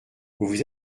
vous